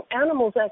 Animals